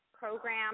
program